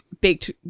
baked